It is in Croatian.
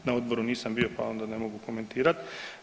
Na odboru nisam bio, pa onda ne mogu komentirati.